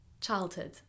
childhood